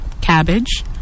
cabbage